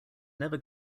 never